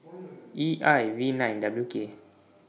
E I V nine W K